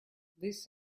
this